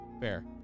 Fair